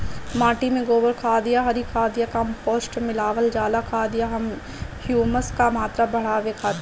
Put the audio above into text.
माटी में गोबर खाद या हरी खाद या कम्पोस्ट मिलावल जाला खाद या ह्यूमस क मात्रा बढ़ावे खातिर?